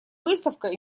выставка